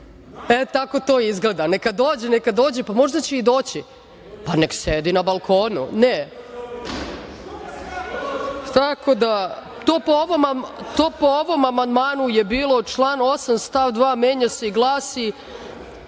E, tako to izgleda. Neka dođe, neka dođe. Pa, možda će i doći. Pa, nek sedi na balkonu. Ne. Tako da, to po ovom amandmanu je bilo član 8. stav 2. menja se i glasi